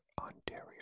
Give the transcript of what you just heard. Ontario